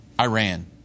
Iran